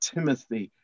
Timothy